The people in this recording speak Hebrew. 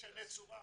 משנה צורה.